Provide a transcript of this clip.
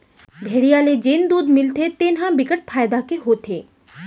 भेड़िया ले जेन दूद मिलथे तेन ह बिकट फायदा के होथे